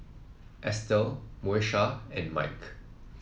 Estell Moesha and Mike